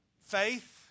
Faith